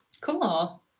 Cool